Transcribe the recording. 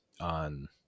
on